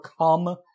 come